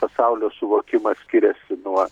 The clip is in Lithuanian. pasaulio suvokimas skiriasi nuo